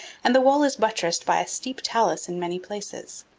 and the wall is buttressed by a steep talus in many places.